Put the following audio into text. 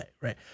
Right